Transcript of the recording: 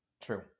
true